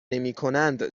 نمیکنند